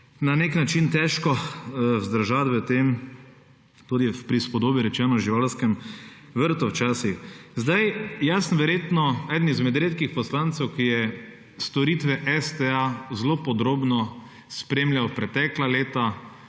na nek način težko vzdržati v tem, tudi v prispodobi rečeno živalskem vrtu včasih. Zdaj, jaz sem verjetno eden izmed redkih poslancev, ki je storitve Sta zelo podrobno spremljal pretekla leta,